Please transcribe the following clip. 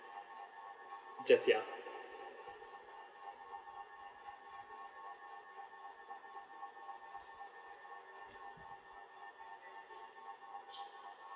just ya